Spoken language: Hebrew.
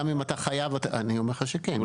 אני אומר לך שכן.